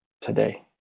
today